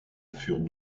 furent